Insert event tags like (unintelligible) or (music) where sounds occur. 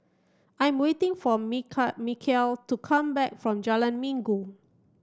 I am waiting for (unintelligible) Michial to come back from Jalan Minggu